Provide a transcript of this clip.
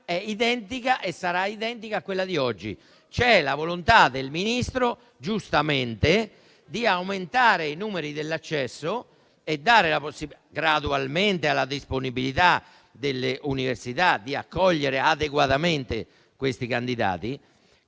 numero, che è e sarà identica a quella di oggi. C'è la volontà del Ministro, giustamente, di aumentare i numeri dell'accesso, gradualmente alla disponibilità delle università di accogliere adeguatamente questi candidati,